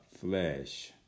flesh